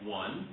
one